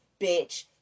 bitch